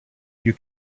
you